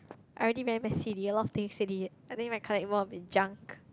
I already very messy already a lot of things already I think I collect more of junk